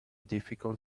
difficult